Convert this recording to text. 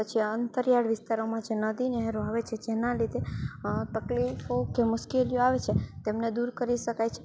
પછી અંતરિયાળ વિસ્તારોમાં જે નદી નહેરો આવે છે જેના લીધે તકલીફો કે મુશ્કેલીઓ આવે છે તેમને દૂર કરી શકાય છે